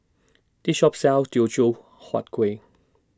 This Shop sells Teochew Huat Kuih